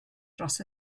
dros